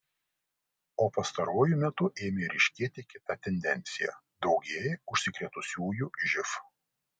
o pastaruoju metu ėmė ryškėti kita tendencija daugėja užsikrėtusiųjų živ